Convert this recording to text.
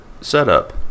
setup